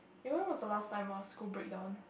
even was the last time ah school break down